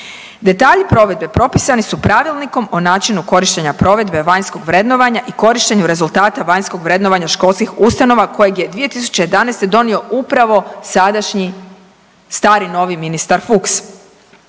Detalji provedbe propisani su Pravilnikom o načinu korištenja provedbe vanjskog vrednovanja i korištenju rezultata vanjskog vrednovanja školskih ustanova kojeg je 2011. donio upravo sadašnji stari novi ministar Fuchs.